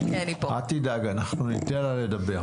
אל תדאג, אנחנו ניתן לה לדבר.